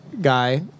guy